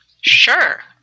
Sure